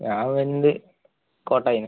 ഞാൻ വരുന്നത് കോട്ടായിയിൽ നിന്ന്